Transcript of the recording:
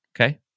okay